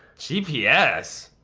gps?